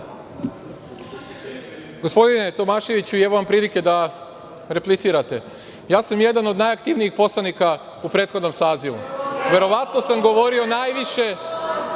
Gospodine Tomaševiću, evo vam prilike da replicirate. Ja sam jedan od najaktivnijih poslanika u prethodnom sazivu. Verovatno sam govorio najviše,